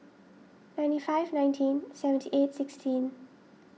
ninety five nineteen seventy eight sixteen